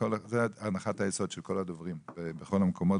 זה הנחת היסוד של כל הדוברים בכל המקומות,